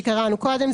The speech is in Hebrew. שקראנו קודם.